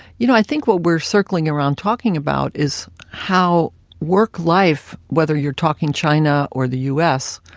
you know, i think what we're circling around talking about is how work life, whether you're talking china or the u s.